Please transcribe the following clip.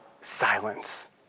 silence